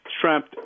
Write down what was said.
Trump